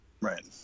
right